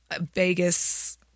Vegas